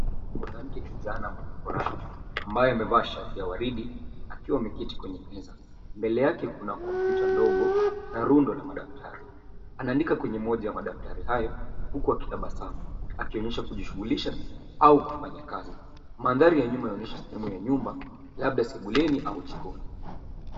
Mwanamke kijana mwenye furaha ambaye amevaa shati ya waridi akiwa ameketi kwenye meza. Mbele yake kuna kompyuta ndogo na rundo la madaftari. Anaandika kwenye moja ya madaftari hayo, huku akitabasamu akionyesha kujishughulisha au kufanya kazi. Mandhari ya nyuma yaonyesha sehemu ya nyumba labda sebuleni au jikoni.